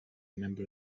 member